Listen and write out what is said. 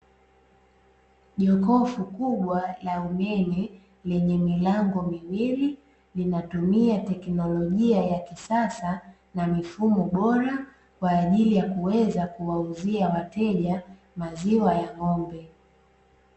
Jokofu kubwa la umeme lenye milango miwili, linatumia tekinologia ya kisasa na mifumo bora kwa ajili ya kuweza kuwauzia wateja maziwa ya ng'ombe.